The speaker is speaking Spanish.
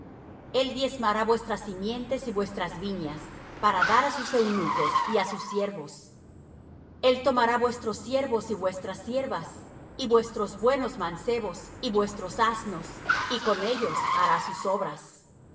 el diezmará vuestras simientes y vuestras viñas para dar á sus eunucos y á sus siervos el tomará vuestros siervos y vuestras siervas y vuestros buenos mancebos y vuestros asnos y con ellos hará sus obras